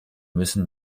müssen